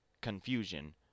confusion